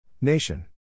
Nation